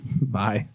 Bye